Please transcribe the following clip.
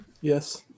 Yes